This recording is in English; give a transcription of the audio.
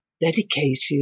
dedicated